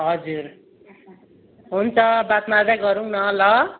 हजुर हुन्छ बात मार्दै गरौँ न ल